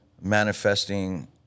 manifesting